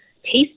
taste